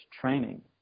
training